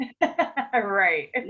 right